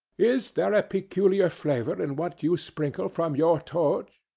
is there a peculiar flavour in what you sprinkle from your torch?